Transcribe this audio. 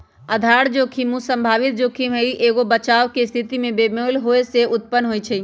आधार जोखिम उ संभावित जोखिम हइ जे एगो बचाव के स्थिति में बेमेल होय से उत्पन्न होइ छइ